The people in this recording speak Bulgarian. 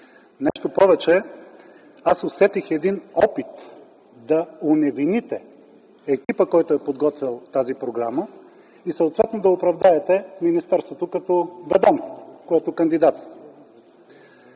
Нещо повече, аз усетих един опит да оневините екипа, който е подготвил тази програма и съответно да оправдаете министерството като ведомство, което кандидатства.